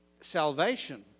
salvation